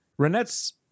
Renette's